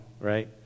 right